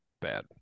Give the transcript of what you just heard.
bad